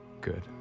Good